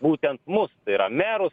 būtent mus tai yra merus